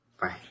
Bye